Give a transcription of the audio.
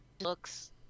looks